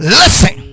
listen